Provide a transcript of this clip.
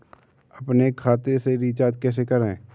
अपने खाते से रिचार्ज कैसे करें?